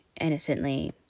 innocently